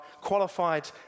qualified